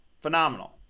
Phenomenal